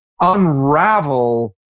unravel